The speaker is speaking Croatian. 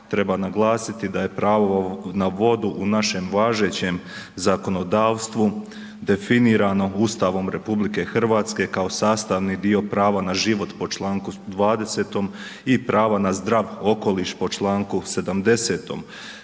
treba naglasiti da je pravo na vodu u našem važećem zakonodavstvu definirano Ustavom RH kao sastavni dio prava na život po čl. 20. i prava na zdrav okoliš po čl. 70.